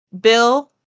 Bill